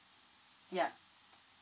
ya